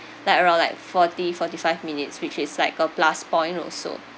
like around like forty forty five minutes which is like a plus point also